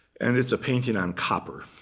and it's a painting on copper.